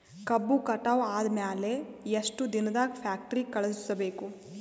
ಕಬ್ಬು ಕಟಾವ ಆದ ಮ್ಯಾಲೆ ಎಷ್ಟು ದಿನದಾಗ ಫ್ಯಾಕ್ಟರಿ ಕಳುಹಿಸಬೇಕು?